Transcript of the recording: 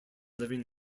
living